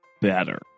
better